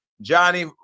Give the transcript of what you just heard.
johnny